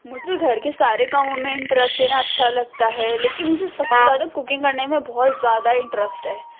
مجھے گھر کے سارے کاموں میں انٹرسٹ لینا اچھا لگتا ہے لیکن مجھے سب سے زیادہ کوکنگ کرنے میں بہت زیادہ انٹرسٹ ہے